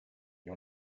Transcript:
you